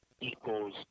equals